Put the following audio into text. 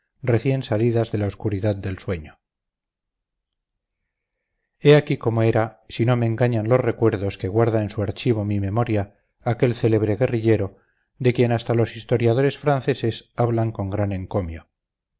recién salidas de la oscuridad del sueño he aquí cómo era si no me engañan los recuerdos que guarda en su archivo mi memoria aquel célebre guerrillero de quien hasta los historiadores franceses hablan con gran encomio